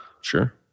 Sure